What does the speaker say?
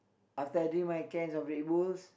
after I drink my cans of Red-Bull